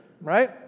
right